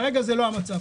כרגע זה לא המצב.